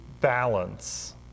balance